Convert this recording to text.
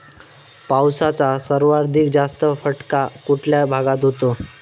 पावसाचा सर्वाधिक जास्त फटका कुठल्या भागात होतो?